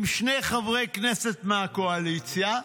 עם שני חברי כנסת מהקואליציה,